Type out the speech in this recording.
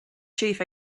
chief